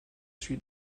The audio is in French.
celui